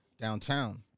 downtown